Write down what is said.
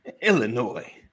Illinois